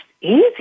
easy